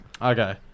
Okay